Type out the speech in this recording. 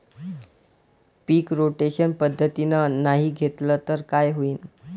पीक rotation पद्धतीनं नाही घेतलं तर काय होईन?